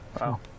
Wow